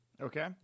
Okay